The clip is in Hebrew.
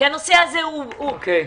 כי הנושא הזה הוא בדמנו.